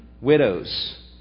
widows